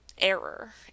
error